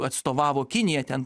atstovavo kiniją ten